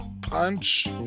punch